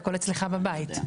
הכל אצלך בבית.